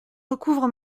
recouvre